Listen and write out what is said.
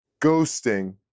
Ghosting